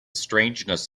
strangeness